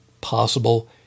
possible